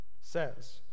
says